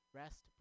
rest